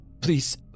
Please